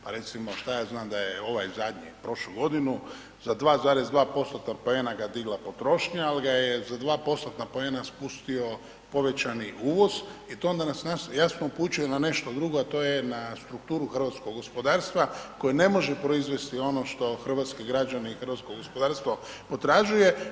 Pa recimo šta ja znam da je ovaj zadnji prošlu godinu za 2,2 postotna poena ga digla potrošnja, ali ga je za 2 postotna poena spustio povećani uvoz i to onda nas jasno upućuje na nešto drugo, a to je na strukturu hrvatskog gospodarstva koje ne može proizvesti ono što hrvatski građani i hrvatskog gospodarstvo potražuje.